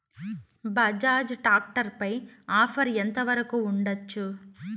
Bajaj tractor పై offer ఎంత వరకు ఉండచ్చు?